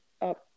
up